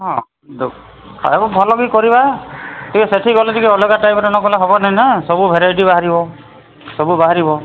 ହଁ ଦେଖ ଖାଇବାକୁ ଭଲ ବି କରିବା ଟିକେ ସେଠିକି ଗଲେ ଟିକେ ଅଲଗା ଟାଇପ୍ର ନକଲେ ହବନି ନା ସବୁ ଭେରାଇଟି ବାହାରିବ ସବୁ ବାହାରିବ